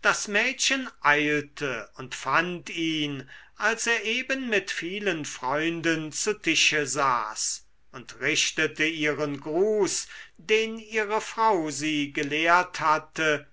das mädchen eilte und fand ihn als er eben mit vielen freunden zu tische saß und richtete ihren gruß den ihre frau sie gelehrt hatte